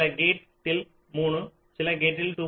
சில கேட்டில் 3 சில கேட்டில் 2